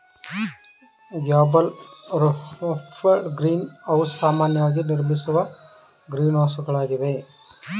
gable roofed greenhouse ಸಾಮಾನ್ಯವಾಗಿ ನಿರ್ಮಿಸುವ ಗ್ರೀನ್ಹೌಸಗಳಾಗಿವೆ